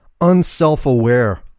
unself-aware